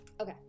Okay